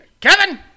kevin